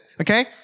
Okay